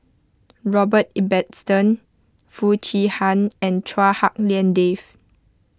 Robert Ibbetson Foo Chee Han and Chua Hak Lien Dave